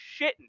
shitting